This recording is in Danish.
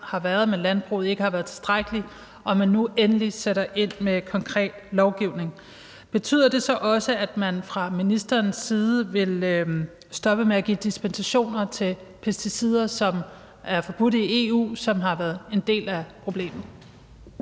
har været med landbruget, ikke har været tilstrækkeligt, og at man nu endelig sætter ind med konkret lovgivning. Betyder det så også, at man fra ministerens side vil stoppe med at give dispensationer med hensyn til pesticider, som er forbudt i EU, og som har været en del af problemet?